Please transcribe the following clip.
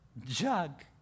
jug